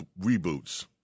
reboots